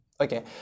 Okay